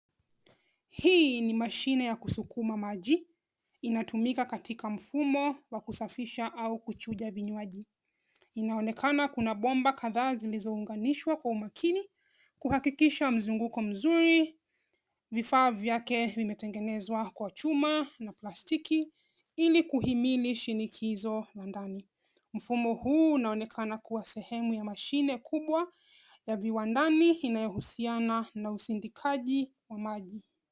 Hii ni mashine ya kusukuma maji. Inatumika katika mfumo wa kusafisha au kuchuja vinywaji. Inaonekana kuna bomba kadhaa zilizounganishwa kwa umakini, kuhakikisha mzungumko mzuri. Vifaa vyake vimetengenezwa kwa chuma na plastiki ilikuhimili shinikizo la ndani. Mfumo huu unaonekana kuwa sehemu ya mashine kubwa ya viwandani inayohusiana na usindikaji wa maji.